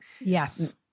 Yes